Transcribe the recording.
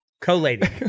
Collating